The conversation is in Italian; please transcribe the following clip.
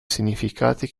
significati